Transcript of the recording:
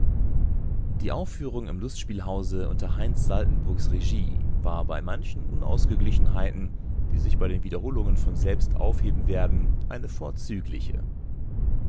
die aufführung im lustspielhause unter heinz saltenburgs regie war bei manchen unausgeglichenheiten die sich bei den wiederholungen von selbst aufheben werden eine vorzügliche